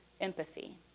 empathy